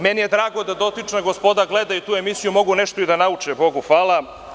Meni je drago da dotična gospoda gledaju tu emisiju, mogu nešto i da nauče, Bogu hvala.